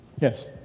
Yes